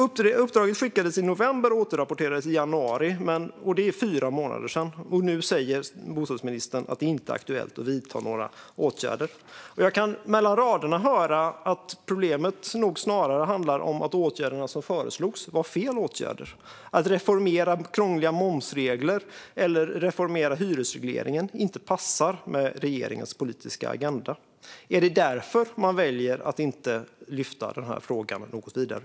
Uppdraget skickades i november och återrapporterades i januari. Det är fyra månader sedan, och nu säger bostadsministern att det inte är aktuellt att vidta några åtgärder. Jag tycker mig kunna höra att problemet nog snarare handlar om att åtgärderna som föreslogs var fel åtgärder och att det inte passar med regeringens politiska agenda att reformera krångliga momsregler eller reformera hyresregleringen. Är det därför man väljer att inte lyfta denna fråga vidare?